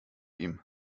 ihm